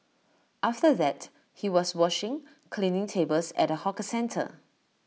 after that he was washing cleaning tables at A hawker centre